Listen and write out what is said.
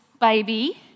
baby